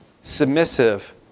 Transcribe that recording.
submissive